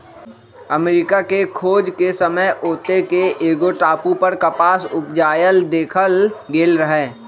अमरिका के खोज के समय ओत्ते के एगो टापू पर कपास उपजायल देखल गेल रहै